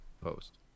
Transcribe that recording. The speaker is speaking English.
post